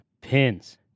pins